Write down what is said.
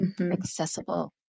accessible